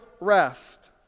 rest